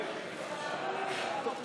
(חברי הכנסת מכבדים בקימה את צאת נשיא המדינה